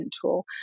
tool